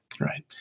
Right